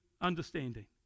understanding